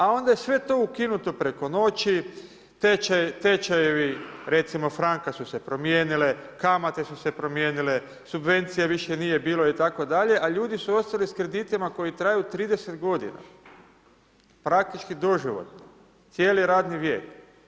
A onda je sve to ukinuto preko noći, tečajevi, recimo franka su se promijenile, kamate su se promijenile, subvencije više nije bilo itd. a ljudi su ostali s kreditima koji traju 30 g. Praktički doživotno, cijeli radni vijek.